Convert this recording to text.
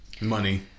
Money